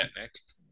next